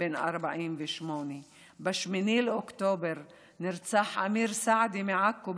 בן 48. ב-8 באוקטובר נרצח אמיר סעדי מעכו,